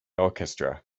orchestra